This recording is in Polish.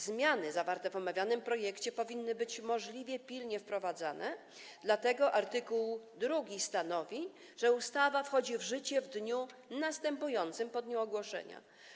Zmiany zawarte w omawianym projekcie powinny być możliwie pilnie wprowadzone, dlatego art. 2 stanowi, że ustawa wchodzi w życie w dniu następującym po dniu ogłoszenia.